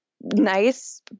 nice